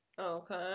Okay